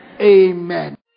Amen